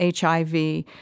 HIV